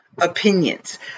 opinions